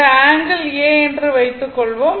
இந்த angle A என்று வைத்துக்கொள்வோம்